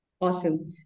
Awesome